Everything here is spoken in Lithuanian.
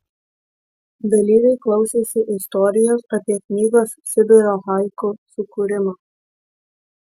dalyviai klausėsi istorijos apie knygos sibiro haiku sukūrimą